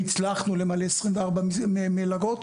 והצלחנו למלא 24 מלגות,